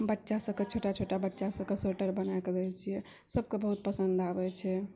बच्चा सभके छोटा छोटा बच्चा सभके स्वेटर बनै कऽ दै छियै सभके बहुत पसन्द आबै छै